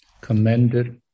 commended